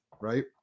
right